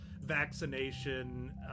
vaccination